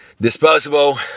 disposable